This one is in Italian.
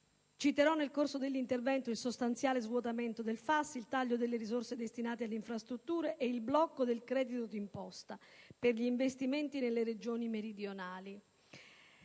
Nel corso del mio intervento citerò il sostanziale svuotamento del FAS, il taglio delle risorse destinate alle infrastrutture e il blocco del credito d'imposta per gli investimenti nelle Regioni meridionali.